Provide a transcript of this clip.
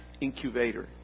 Incubator